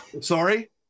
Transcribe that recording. sorry